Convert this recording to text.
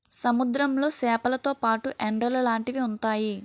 సముద్రంలో సేపలతో పాటు ఎండ్రలు లాంటివి ఉంతాయి